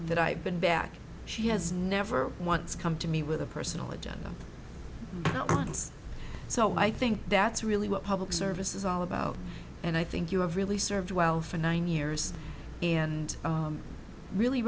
that i've been back she has never once come to me with a personal agenda once so i think that's really what public service is all about and i think you have really served well for nine years and really